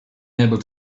able